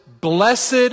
blessed